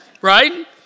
right